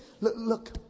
Look